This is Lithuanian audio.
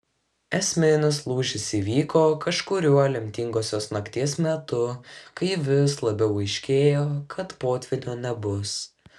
esminis lūžis įvyko kažkuriuo lemtingosios nakties metu kai vis labiau aiškėjo kad potvynio nebus